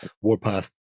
Warpath